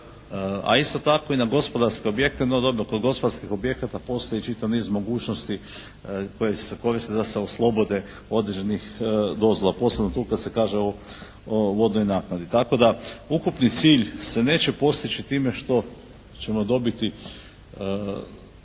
a isto tako i na gospodarske objekte, no dobro kod gospodarskih objekata postoji čitav niz mogućnosti koji se koriste da se oslobode određenih dozvola, posebno tu kad se kaže o vodnoj naknadi. Tako da ukupni cilj se neće postići time što ćemo dobiti